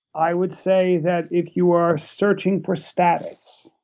i would say that if you are searching for status,